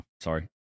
sorry